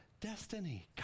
destiny